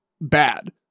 bad